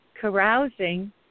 carousing